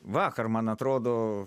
vakar man atrodo